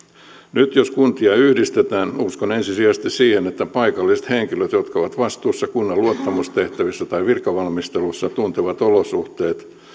nyt jos kuntia yhdistetään uskon ensisijaisesti siihen että paikalliset henkilöt jotka ovat vastuussa kunnan luottamustehtävissä tai virkavalmistelussa tuntevat olosuhteet